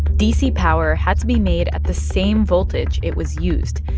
dc power had to be made at the same voltage it was used.